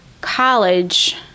college